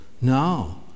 No